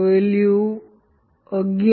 આ વેલ્યુ 11